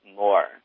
more